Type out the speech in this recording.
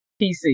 PC